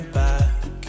back